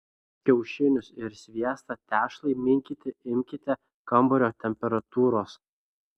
kiaušinius ir sviestą tešlai minkyti imkite kambario temperatūros